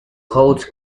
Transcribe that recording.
hosts